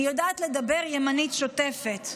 היא יודעת לדבר ימנית שוטפת,